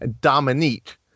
Dominique